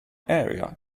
area